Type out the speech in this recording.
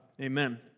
Amen